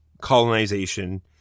colonization